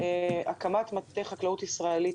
הקמת מטה חקלאות ישראלית,